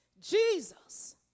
Jesus